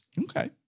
Okay